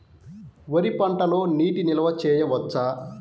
వరి పంటలో నీటి నిల్వ చేయవచ్చా?